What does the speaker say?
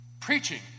preaching